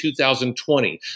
2020